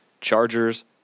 Chargers